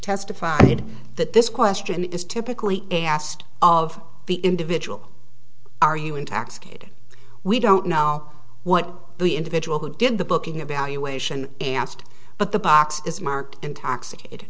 testified that this question is typically asked of the individual are you intoxicated we don't know what the individual who did the booking a valuation asked but the box is marked intoxicated